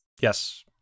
Yes